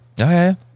Okay